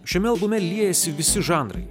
šiame albume liejasi visi žanrai